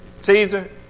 Caesar